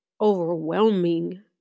overwhelming